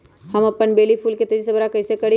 हम अपन बेली फुल के तेज़ी से बरा कईसे करी?